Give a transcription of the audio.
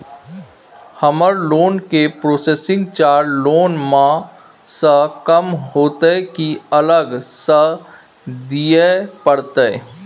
हमर लोन के processing charge loan म स कम होतै की अलग स दिए परतै?